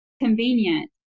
convenient